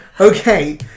Okay